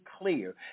clear